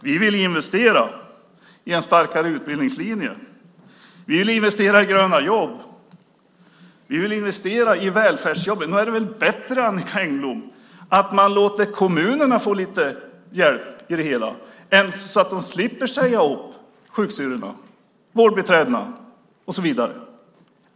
Vi vill investera i en starkare utbildningslinje. Vi vill investera i gröna jobb. Vi vill investera i välfärdsjobben. Nog är det väl bättre, Annicka Engblom, att man låter kommunerna få lite hjälp så att de slipper säga upp sjuksyrrorna, vårdbiträdena och så vidare?